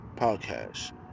podcast